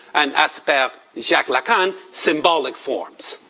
and, as per jacques lacan, symbolic forms.